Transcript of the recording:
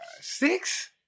Six